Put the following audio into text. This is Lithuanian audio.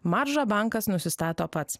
maržą bankas nusistato pats